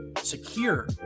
Secure